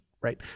right